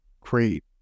great